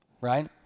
right